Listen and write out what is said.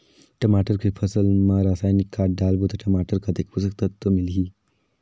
टमाटर के फसल मा रसायनिक खाद डालबो ता टमाटर कतेक पोषक तत्व मिलही?